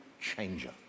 changer